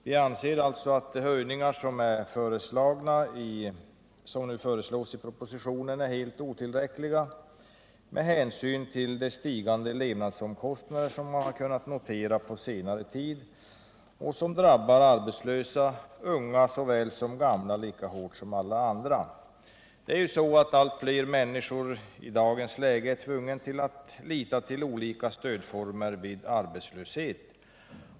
Vi anser alltså att de höjningar som föreslås i propositionen är helt otillräckliga med hänsyn till de stigande levnadsomkostnader som vi kunnat notera på senare tid och som drabbar arbetslösa — unga såväl som gamla — lika hårt som alla andra. Allt fler människor är i dag tvungna att lita till olika stödformer vid arbetslöshet.